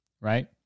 right